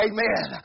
Amen